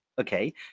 okay